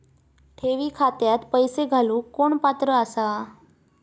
ठेवी खात्यात पैसे घालूक कोण पात्र आसा?